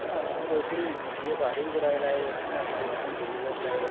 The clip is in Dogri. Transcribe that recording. हां कोई पड़ीन सद्दियै कारी बी कराई लैएयो तुस इ'यां अपना बैह्म दूर करी लैएयो